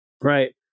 Right